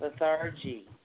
Lethargy